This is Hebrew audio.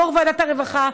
יו"ר ועדת הרווחה,